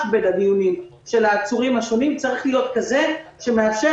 בין הדיונים של העצורים השונים צריך להיות כזה שמאפשר